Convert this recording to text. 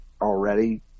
already